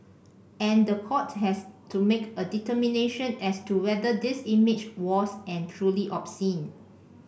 and the court has to make a determination as to whether this image was and truly obscene